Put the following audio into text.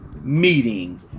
meeting